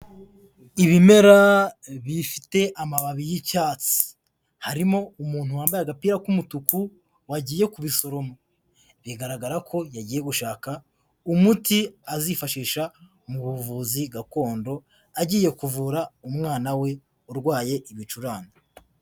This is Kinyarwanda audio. Ibimera bifite amababi y'icyatsi harimo umuntu wambaye agapira k'umutuku wagiye kubisuromo azifashisha mu buvuzi gakondo agiye kuvura umwana we urwaye ibicurane.